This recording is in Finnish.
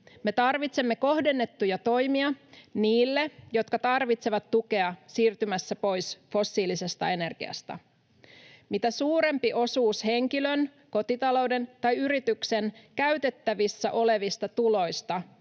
Me tarvitsemme kohdennettuja toimia niille, jotka tarvitsevat tukea siirtymässä pois fossiilisesta energiasta. Mitä suurempi osuus henkilön, kotita-louden tai yrityksen käytettävissä olevista tuloista